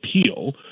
appeal